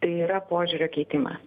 tai yra požiūrio keitimas